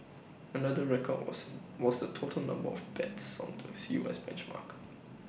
another record was was the total number of bets on the us benchmark